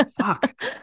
Fuck